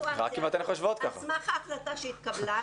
בסיטואציה הזאת על סמך ההחלטה שהתקבלה,